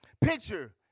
Picture